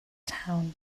town